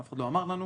אף אחד לא אמר לנו,